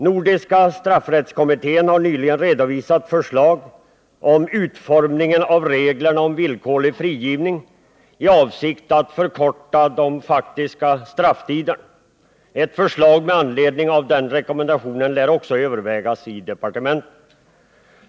Nordiska straffrättskommittén har nyligen redovisat förslag om utformningen av reglerna för villkorlig frigivning i avsikt att förkorta de faktiska strafftiderna. Ett förslag med anledning av den rekommendationen lär också övervägas inom departementet.